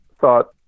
thought